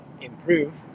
improve